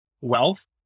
wealth